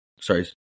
Sorry